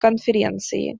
конференции